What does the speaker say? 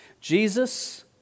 Jesus